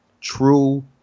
true